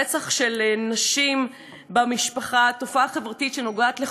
הרצח של נשים במשפחה הוא תופעה חברתית שנוגעת לכולנו.